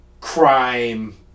crime